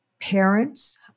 parents